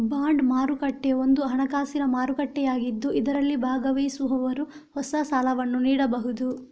bond ಮಾರುಕಟ್ಟೆ ಒಂದು ಹಣಕಾಸಿನ ಮಾರುಕಟ್ಟೆಯಾಗಿದ್ದು ಇದರಲ್ಲಿ ಭಾಗವಹಿಸುವವರು ಹೊಸ ಸಾಲವನ್ನು ನೀಡಬಹುದು